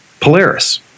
Polaris